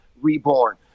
reborn